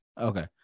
Okay